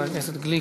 חבר הכנסת גליק,